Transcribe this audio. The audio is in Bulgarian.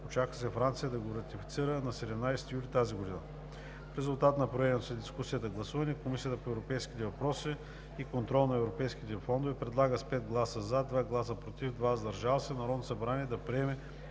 Очаква се Франция да го ратифицира на 17 юли тази година. В резултат на проведеното след дискусията гласуване Комисията по европейските въпроси и контрол на европейските фондове предлага с 5 гласа „за“, 2 гласа „против“ и 2 гласа „въздържал се“ на Народното събрание да приеме